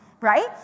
right